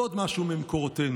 ועוד משהו ממקורותינו: